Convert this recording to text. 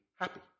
happy